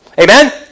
Amen